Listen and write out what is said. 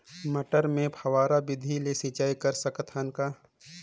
मटर मे फव्वारा विधि ले सिंचाई कर सकत हन का?